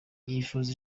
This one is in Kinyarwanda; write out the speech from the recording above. yifuza